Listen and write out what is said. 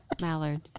Mallard